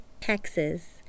Texas